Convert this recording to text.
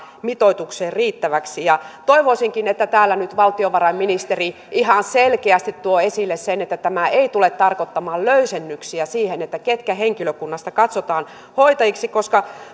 mitoitukseen riittäväksi toivoisinkin että täällä nyt valtiovarainministeri ihan selkeästi tuo esille sen että tämä ei tule tarkoittamaan löysennyksiä siihen ketkä henkilökunnasta katsotaan hoitajiksi koska